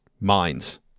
minds